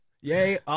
yay